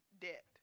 Debt